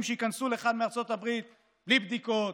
שייכנסו לכאן מארצות הברית בלי בדיקות,